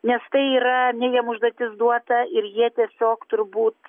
nes tai yra ne jiem užduotis duota ir jie tiesiog turbūt